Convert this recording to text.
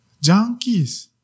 Junkies